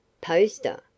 Poster